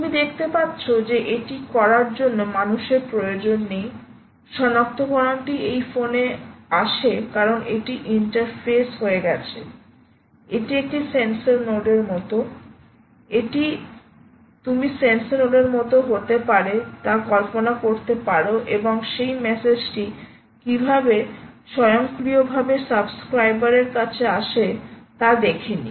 তুমি দেখতে পাচ্ছো যে এটি করার জন্য মানুষের প্রয়োজন নেই সনাক্তকরণটি এই ফোনে আসে কারণ এটি ইন্টারফেস হয়ে গেছে এটি একটি সেন্সর নোডের মতো এটি তুমিসেন্সর নোডের মতো হতে পারে তা কল্পনা করতে পারো এবং সেই মেসেজ টি কীভাবে স্বয়ংক্রিয়ভাবে সাবস্ক্রাইবার এর কাছে আসে তা দেখেনি